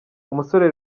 umusore